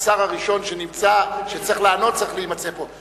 השר הראשון שצריך לענות צריך להימצא פה.